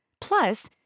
Plus